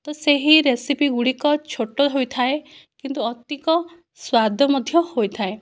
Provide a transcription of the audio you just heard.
ତ ସେହି ରେସିପି ଗୁଡ଼ିକ ଛୋଟ ହୋଇଥାଏ କିନ୍ତୁ ଅଧିକ ସ୍ଵାଦ ମଧ୍ୟ ହୋଇଥାଏ